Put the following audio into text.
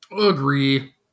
agree